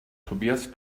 tobias